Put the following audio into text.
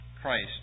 Christ